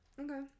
Okay